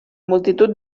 multitud